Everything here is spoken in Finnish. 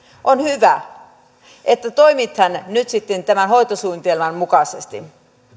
on hyvä että toimitaan nyt sitten tämän hoitosuunnitelman mukaisesti